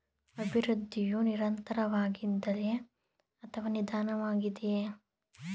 ಅಭಿವೃದ್ಧಿಯು ನಿರಂತರವಾಗಿದೆಯೇ ಅಥವಾ ನಿಧಾನವಾಗಿದೆಯೇ?